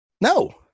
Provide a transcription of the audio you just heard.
No